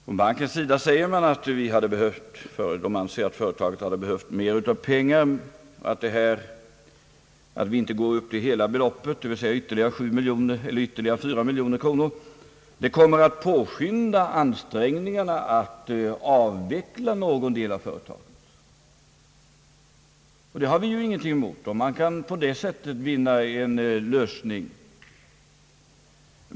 Från bankens sida säger man då att man anser att företaget hade behövt mer pengar och att det förhållandet att vi inte går upp till hela beloppet, dvs. med ytterligare 4 miljoner kronor, kommer att påskynda ansträngningarna att avveckla någon del av företaget. Och det hade vi ju ingenting emot, om man på det sättet kunde finna en lösning.